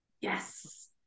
Yes